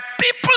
people